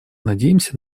надеемся